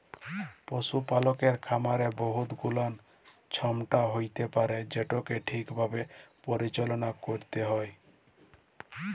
পশুপালকের খামারে বহুত গুলাল ছমচ্যা হ্যইতে পারে যেটকে ঠিকভাবে পরিচাললা ক্যইরতে হ্যয়